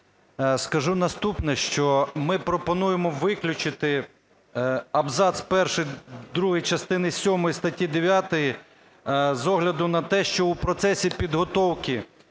Скажу наступне, що ми пропонуємо виключити абзац перший, другий частини сьомої статті 9 з огляду на те, що в процесі підготовки